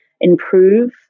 improve